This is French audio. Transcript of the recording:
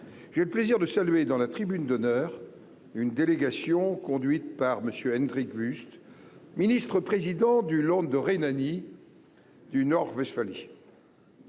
j'ai le plaisir de saluer dans la tribune d'honneur, une délégation conduite par monsieur Hendrik Wüst, ministre-président du Land de Rhénanie. Du Westphalie.